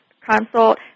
consult